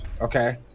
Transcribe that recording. Okay